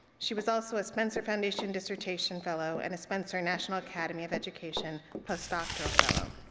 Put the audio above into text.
she was also a spencer foundation dissertation fellow and a spencer national academy of education postdoctoral fellow.